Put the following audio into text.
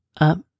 up